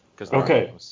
Okay